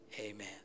Amen